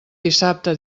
dissabte